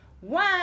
One